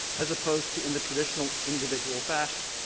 as opposed to in the traditional individual fashion,